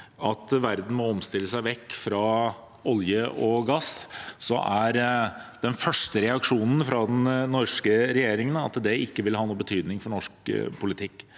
at verden må omstille seg vekk fra olje og gass, at den første reaksjonen fra den norske regjeringen er at det ikke vil ha noen betydning for norsk politikk.